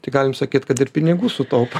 tai galim sakyt kad ir pinigų sutaupo